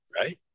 Right